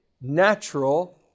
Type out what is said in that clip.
natural